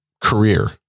career